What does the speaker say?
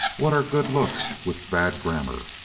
what are good looks with bad grammar?